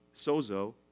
sozo